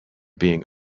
being